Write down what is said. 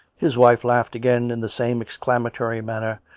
his wife laughed again in the same exclamatory man ner,